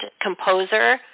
composer